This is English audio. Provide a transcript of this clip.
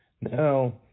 Now